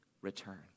return